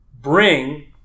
bring